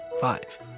Five